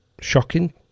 shocking